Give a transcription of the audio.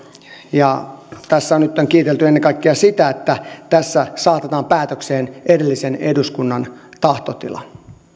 ja tässä on nyt kiitelty ennen kaikkea sitä että tässä saatetaan päätökseen edellisen eduskunnan tahtotila